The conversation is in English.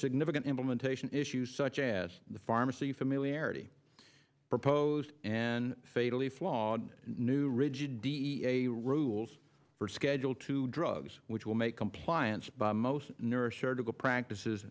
significant implementation issues such as the pharmacy familiarity proposed and fatally flawed new rigid da rules for schedule two drugs which will make compliance by most neurosurgical practices